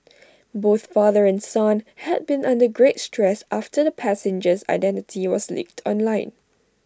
both father and son have been under great stress after the passenger's identity was leaked online